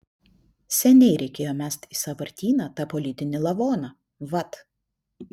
seniai reikėjo mest į sąvartyną tą politinį lavoną vat